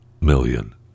million